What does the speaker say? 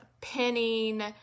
pinning